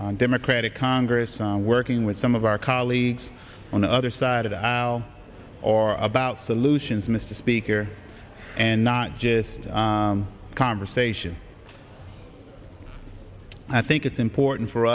direction democratic congress working with some of our colleagues on the other side of the aisle or about solutions mr speaker and not just a conversation i think it's important for